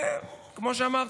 וכמו שאמרתי,